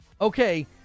Okay